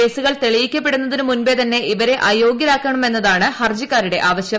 കേസുകൾ തെളിയിക്കപ്പെടുന്നതിന് മുൻപെ തന്നെ ഇവരെ അയോഗൃരാക്കണമെന്നതാണ് ഹർജിക്കാരുടെ ആവശൃം